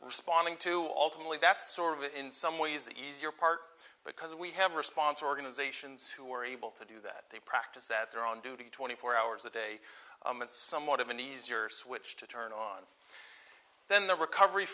responding to alternately that's sort of in some ways the easier part because we have response organizations who are able to do that they practice that are on duty twenty four hours a day somewhat of an easier switch to turn on then the recovery